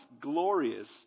glorious